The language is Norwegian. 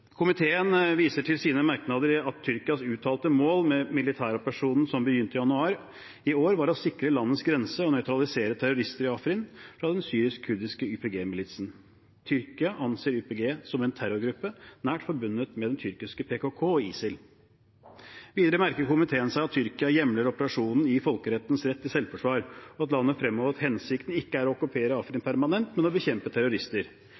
Komiteen viser i sine merknader til at Tyrkias uttalte mål med militæroperasjonen som begynte i januar i år, var å sikre landets grenser og nøytralisere terrorister i Afrin fra den syrisk-kurdiske YPG-militsen. Tyrkia ser på YPG som en terrorgruppe, nært forbundet med den tyrkiske PKK og ISIL. Videre merker komiteen seg at Tyrkia hjemler operasjonen i folkerettens rett til selvforsvar, og at landet fremholder at hensikten ikke er å okkupere Afrin permanent, men å bekjempe terrorister.